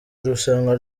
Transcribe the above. irushanwa